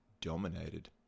dominated